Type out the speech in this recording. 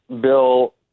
bill